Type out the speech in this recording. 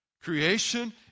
Creation